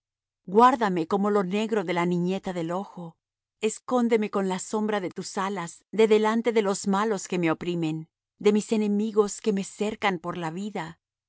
guárdame como lo negro de la niñeta del ojo escóndeme con la sombra de tus alas de delante de los malos que me oprimen de mis enemigos que me cercan por la vida